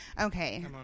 Okay